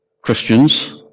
Christians